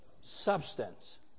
substance